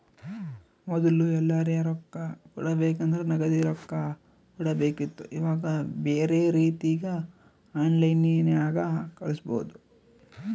ಮೊದ್ಲು ಎಲ್ಯರಾ ರೊಕ್ಕ ಕೊಡಬೇಕಂದ್ರ ನಗದಿ ರೊಕ್ಕ ಕೊಡಬೇಕಿತ್ತು ಈವಾಗ ಬ್ಯೆರೆ ರೀತಿಗ ಆನ್ಲೈನ್ಯಾಗ ಕಳಿಸ್ಪೊದು